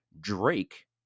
Drake